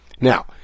Now